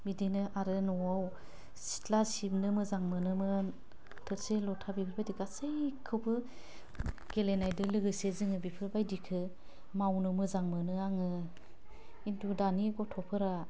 बिदिनो आरो नवाव सिथला सिबनो मोजां मोनोमोन थोरसि लटा बेफोरबायदि गासैखौबो गेलेनायदो लोगोसे जोङो बेफोर बायदिखो मावनो मोजां मोनो आङो दानि गथ'फोरा